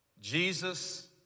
Jesus